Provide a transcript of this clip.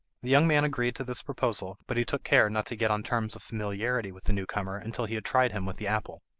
the young man agreed to this proposal, but he took care not to get on terms of familiarity with the new comer until he had tried him with the apple.